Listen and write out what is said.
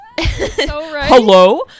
hello